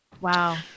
Wow